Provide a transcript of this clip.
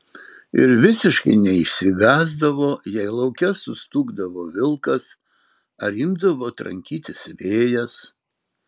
ir visiškai neišsigąsdavo jei lauke sustūgdavo vilkas ar imdavo trankytis vėjas